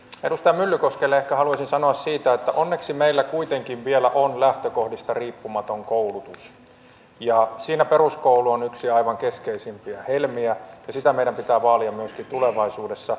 edustaja myllykoskelle ehkä haluaisin sanoa siitä että onneksi meillä kuitenkin vielä on lähtökohdista riippumaton koulutus ja siinä peruskoulu on yksi aivan keskeisimpiä helmiä ja sitä pitää meidän vaalia myöskin tulevaisuudessa